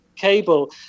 cable